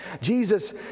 Jesus